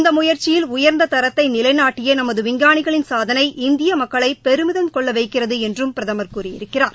இந்த முயற்சியில் உயர்ந்த தரத்தை நிலைநாட்டிய நமது விஞ்ஞானிகளின் சாதனை இந்திய மக்களை பெருமிதம் கொள்ள வைக்கிறது என்றும் பிரதமர் கூறியிருக்கிறார்